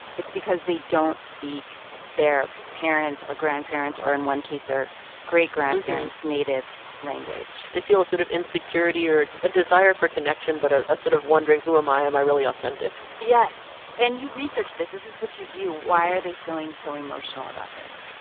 it's because they don't speak their parents' or grandparents' or, in one case, their great-grandparents' native language they feel a sort of insecurity or a desire for connection but ah a sort of wondering, who am i? am i really authentic? yes. and you've researched this. this is what you do. why are they feeling so emotional about this?